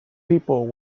people